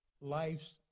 Life's